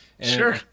Sure